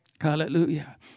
Hallelujah